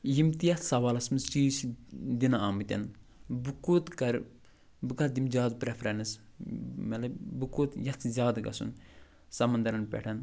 یِم تہِ یَتھ سوالَس منٛز چیٖز چھِ دِنہٕ آمٕتۍ بہٕ کوٚت کَرٕ بہٕ کَتھ دِمہٕ زیادٕ پریفرنٕس مطلب بہٕ کوٚت یژھٕ زیادٕ گژھُن سَمندرَن پٮ۪ٹھ